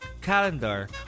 calendar